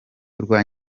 urwa